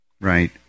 Right